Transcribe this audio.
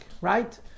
right